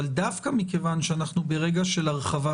אבל דווקא בגלל שאנחנו ברגע של הרחבת